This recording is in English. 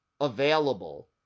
available